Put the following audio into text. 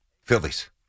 Phillies